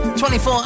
24